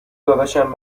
داداشم